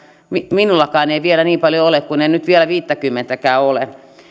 minullakaan ei vielä niin paljon ole kun en en nyt vielä viittäkymmentäkään ole